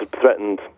threatened